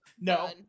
No